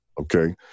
Okay